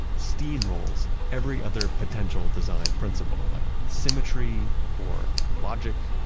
and steamrolls every other potential design principle like symmetry or logic,